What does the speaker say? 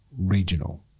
regional